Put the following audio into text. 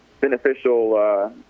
beneficial